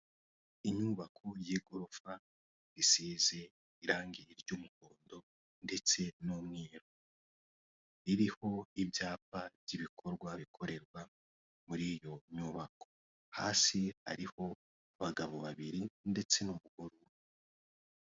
Inyubako y'igorofa isize irangi ry'umuhondo ndetse n'umweru ririho ibyapa by'ibikorwa bikorerwa muri iyo nyubako hasi hariho bagabo babiri ndetse n'umugore umwe.